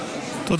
ההצבעה תמה.